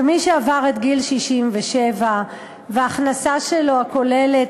שמי שעבר את גיל 67 וההכנסה שלו הכוללת